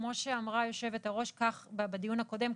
כמו שאמרה יושבת הראש בדיון הקודם,